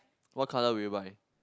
what colour will you buy